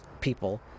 people